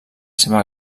seva